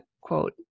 quote